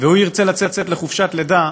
והוא ירצה לצאת לחופשת לידה,